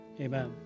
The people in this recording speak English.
Amen